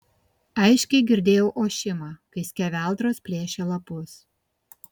aiškiai girdėjau ošimą kai skeveldros plėšė lapus